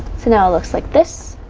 so now it looks like this